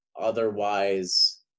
Otherwise